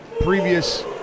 previous